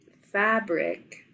fabric